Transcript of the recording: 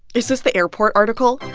is this the airport article? yes,